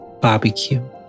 barbecue